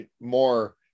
more